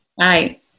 Hi